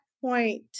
point